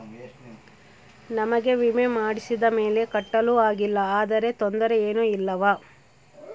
ನಮಗೆ ವಿಮೆ ಮಾಡಿಸಿದ ಮೇಲೆ ಕಟ್ಟಲು ಆಗಿಲ್ಲ ಆದರೆ ತೊಂದರೆ ಏನು ಇಲ್ಲವಾ?